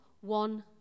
one